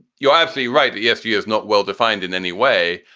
you'll um see, right? yes. he is not well-defined in any way.